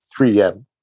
3M